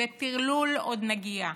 וטרלול עוד נגיע?